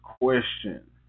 question